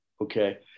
okay